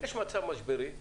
יש מצב משברי.